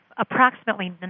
Approximately